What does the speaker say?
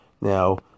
Now